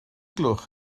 gloch